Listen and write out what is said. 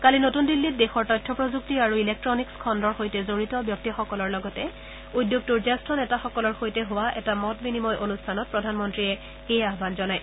কালি নতুন দিল্লীত দেশৰ তথ্য প্ৰযুক্তি আৰু ইলেক্টনিক্ছ খণ্ডৰ সৈতে জড়িত ব্যক্তিসকলৰ লগতে উদ্যোগটোৰ জ্যেষ্ঠ নেতাসকলৰ সৈতে হোৱা এটা মত বিনিময় অনুষ্ঠানত প্ৰধানমন্তীয়ে এই আহান জনায়